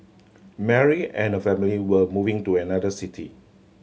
Mary and her family were moving to another city